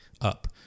up